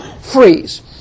freeze